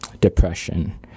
depression